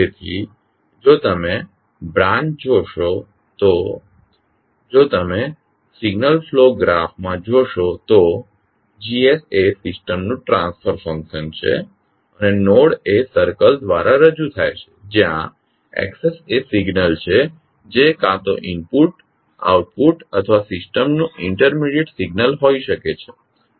તેથી જો તમે શાખા બ્રાન્ચ જોશો જો તમે સિગ્નલ ફ્લો ગ્રાફ માં જોશો તો G એ સિસ્ટમનું ટ્રાન્સફર ફંક્શન છે અને નોડ એ સર્કલ દ્વારા રજૂ થાય છે જ્યાં X એ સિગ્નલ છે જે કા તો ઇનપુટ આઉટપુટ અથવા સિસ્ટમનું ઇન્ટરમેડીએટ સિગ્નલ હોઈ શકે છે